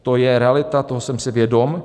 To je realita, toho jsem si vědom.